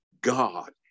God